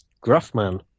Gruffman